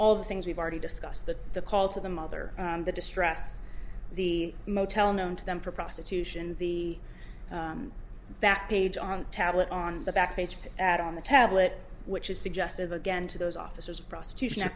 all the things we've already discussed the the call to the mother the distress the motel known to them for prostitution the that page on tablet on the back page out on the tablet which is suggestive again to those officers of prostitution a